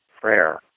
prayer